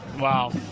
Wow